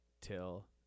Till